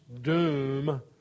doom